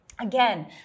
Again